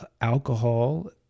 alcohol